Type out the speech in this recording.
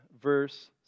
verse